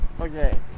Okay